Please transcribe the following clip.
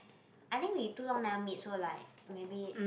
I think we too long never meet so maybe